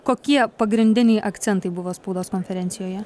kokie pagrindiniai akcentai buvo spaudos konferencijoje